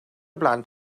blant